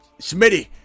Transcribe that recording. Smitty